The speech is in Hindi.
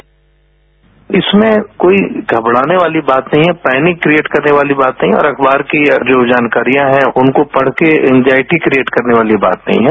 साउंड बाईट इसमें कोई घबराने वाली बात नहीं हैए पैनिक क्रिएट करने वाली बात नहीं है और अखबार की जो जानकारियां हैं उनको पढ़ के एगजाइटी क्रिएट करने वाली बात नहीं है